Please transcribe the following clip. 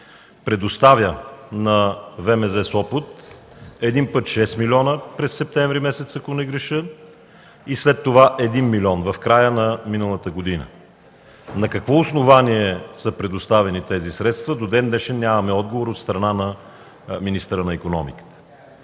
предоставя на ВМЗ – Сопот един път 6 милиона през септември месец, ако не греша, и след това – 1 милион, в края на миналата година. На какво основание са предоставени тези средства до ден-днешен нямаме отговор от страна на министъра на икономиката,